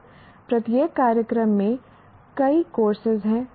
फिर प्रत्येक कार्यक्रम में कई कोर्सेज हैं